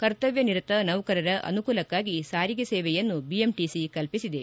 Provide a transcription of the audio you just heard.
ಕರ್ತವ್ಯ ನಿರತ ನೌಕರರ ಅನುಕೂಲಕ್ಕಾಗಿ ಸಾರಿಗೆ ಸೇವೆಯನ್ನು ಬಿಎಂಟಿಸಿ ಕಲ್ಪಿಸಿದೆ